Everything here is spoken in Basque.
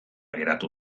geratu